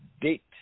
date